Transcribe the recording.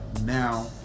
now